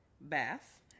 bath